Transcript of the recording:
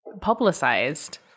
publicized